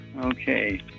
Okay